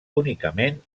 únicament